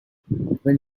when